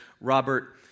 Robert